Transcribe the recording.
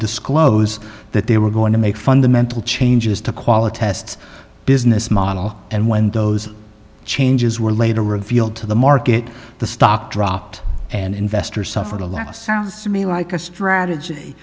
disclose that they were going to make fundamental changes to quality tests business model and when those changes were later revealed to the market the stock dropped and investors suffer the last sounds to me like a strategy